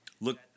Look